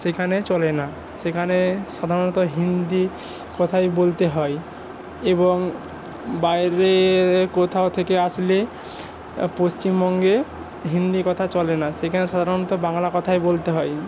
সেখানে চলে না সেখানে সাধারণত হিন্দি কথাই বলতে হয় এবং বাইরে কোথাও থেকে আসলে পশ্চিমবঙ্গে হিন্দি কথা চলে না সেখানে সাধারণত বাংলা কথাই বলতে হয়